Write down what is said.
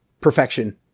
perfection